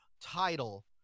title